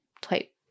type